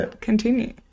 continue